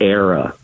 era